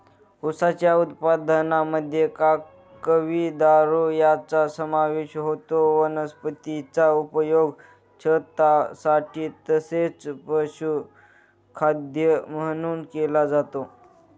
उसाच्या उत्पादनामध्ये काकवी, दारू यांचा समावेश होतो वनस्पतीचा उपयोग छतासाठी तसेच पशुखाद्य म्हणून केला जातो